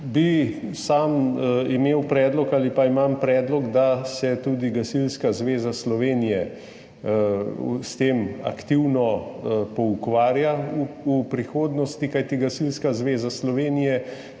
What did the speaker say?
sam imel predlog ali pa imam predlog, da se tudi Gasilska zveza Slovenije s tem aktivno poukvarja v prihodnosti. Kajti Gasilska zveza Slovenije